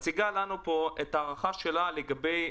מציגה לנו פה את ההערכה שלה לגבי